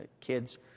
kids